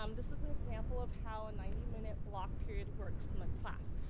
um this is an example of how a ninety minute block period works in the class.